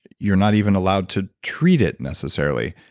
you're not even allowed to treat it necessarily.